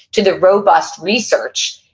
to the robust research,